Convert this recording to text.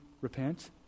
repent